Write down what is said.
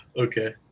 Okay